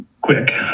quick